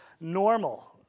normal